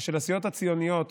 הציוניות